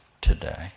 today